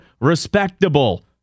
respectable